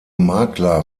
makler